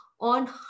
on